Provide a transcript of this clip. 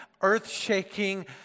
earth-shaking